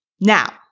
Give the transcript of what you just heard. Now